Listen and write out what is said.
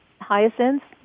hyacinths